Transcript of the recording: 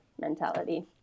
mentality